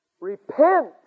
Repent